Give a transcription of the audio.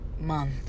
month